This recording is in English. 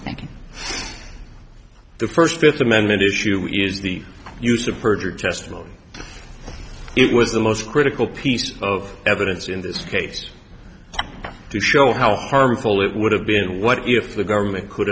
i think the first fifth amendment issue is the use of perjured testimony it was the most critical piece of evidence in this case to show how harmful it would have been what if the government could